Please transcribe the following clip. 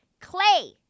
Clay